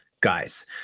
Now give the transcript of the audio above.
guys